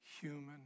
human